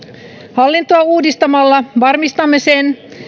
hallintoa uudistamalla varmistamme sen